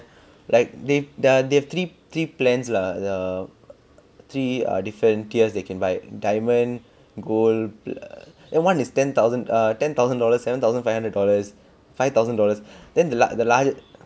like they they've three three three plans lah the three are different tiers they can buy diamond gold and one is ten thousand err ten thousand dollars seven thousand five hundred dollars five thousand dollars then the large the largest